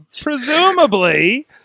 Presumably